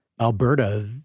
Alberta